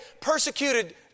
persecuted